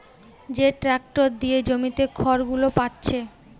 যে ট্যাক্টর দিয়ে জমিতে খড়গুলো পাচ্ছে